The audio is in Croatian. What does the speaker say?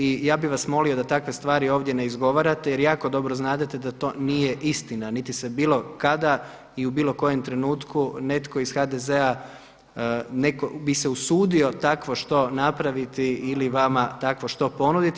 I ja bi vas molio da takve stvari ovdje ne izgovarate jer jako dobro znadete da to nije istina, niti se bilo kada i u bilo kojem trenutku netko iz HDZ-a bi se usudio takvo što napraviti ili vama takvo što ponuditi.